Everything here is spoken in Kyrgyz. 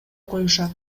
коюшат